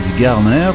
Garner